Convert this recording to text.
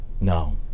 No